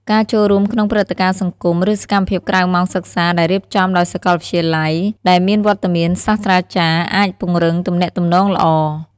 ការចូលរួមក្នុងព្រឹត្តិការណ៍សង្គម ឬសកម្មភាពក្រៅម៉ោងសិក្សាដែលរៀបចំដោយសាកលវិទ្យាល័យ ដែលមានវត្តមានសាស្រ្តាចារ្យ អាចពង្រឹងទំនាក់ទំនងល្អ។